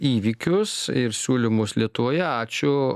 įvykius ir siūlymus lietuvoje ačiū